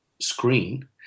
screen